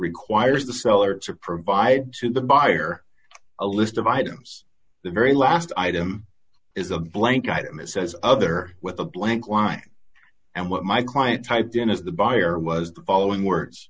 requires the seller to provide to the buyer a list of items the very last item is a blank item it says other with a blank line and what my client typed in as the buyer was the following words